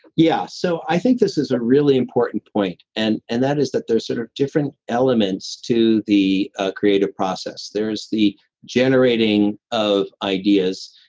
yeah. so i think this is a really important point. and and that is that there's sort of different elements to the ah creative process. there's the generating of ideas,